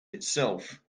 itself